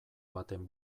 baten